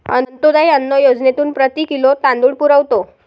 अंत्योदय अन्न योजनेतून प्रति किलो तांदूळ पुरवतो